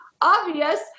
obvious